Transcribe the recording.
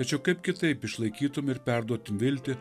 tačiau kaip kitaip išlaikytum ir perduotum viltį